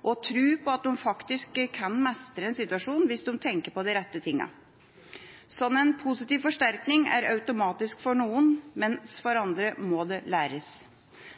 og på å tro på at de faktisk kan mestre en situasjon hvis de tenker på de rette tingene. En slik positiv forsterkning er automatisk for noen, mens for andre må det læres.